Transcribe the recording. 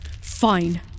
Fine